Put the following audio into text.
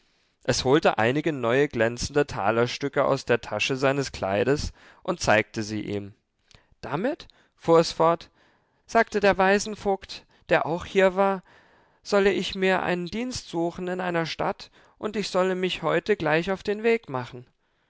es holte einige neue glänzende talerstücke aus der tasche seines kleides und zeigte sie ihm damit fuhr es fort sagte der waisenvogt der auch hier war solle ich mir einen dienst suchen in einer stadt und ich solle mich heute gleich auf den weg machen